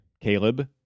Caleb